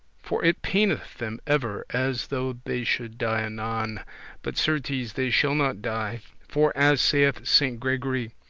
for it paineth them ever as though they should die anon but certes they shall not die. for, as saith saint gregory,